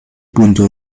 punto